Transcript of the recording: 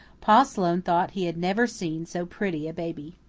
pa sloane thought he had never seen so pretty a baby.